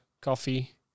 coffee